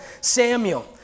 Samuel